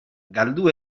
galdu